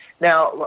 Now